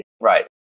Right